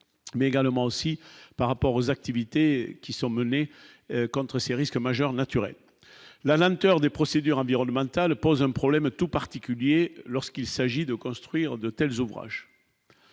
mais également aussi par rapport aux activités qui sont menées contre ces risques majeurs naturels, la lenteur des procédures environnementales pose un problème tout particulier lorsqu'il s'agit de construire de tels ouvrages.